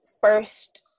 first